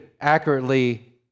accurately